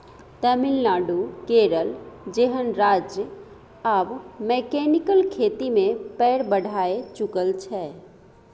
तमिलनाडु, केरल जेहन राज्य आब मैकेनिकल खेती मे पैर बढ़ाए चुकल छै